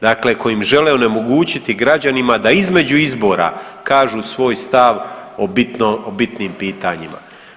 Dakle, kojim žele onemogućiti građanima da između izbora kažu svoj stav o bitnim pitanjima.